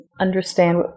understand